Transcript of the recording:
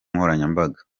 nkoranyambaga